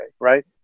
right